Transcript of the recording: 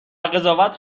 قضاوت